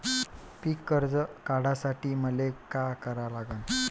पिक कर्ज काढासाठी मले का करा लागन?